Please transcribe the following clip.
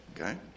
okay